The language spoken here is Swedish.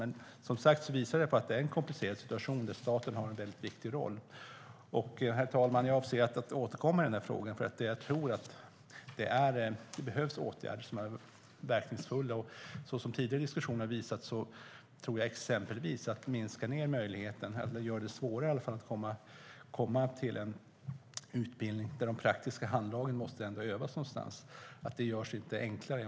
Det här visar att situationen är komplicerad och att staten har en viktig roll att spela. Herr talman! Jag avser att återkomma i den här frågan för jag tror att det behöver vidtas verkningsfulla åtgärder. Som den tidigare diskussionen visade tror jag inte att man genom att lägga ned en räddningsskola och därmed minska möjligheten till utbildning, eller i alla fall att göra det svårare att komma in på en utbildning där de praktiska handlagen måste övas någonstans, gör det enklare att rekrytera.